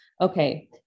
okay